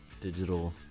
digital